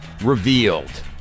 revealed